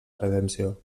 redempció